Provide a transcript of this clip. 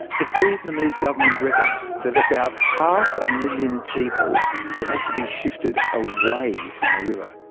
the vietnamese government reckons that about half a million people will have to be shifted away from the river.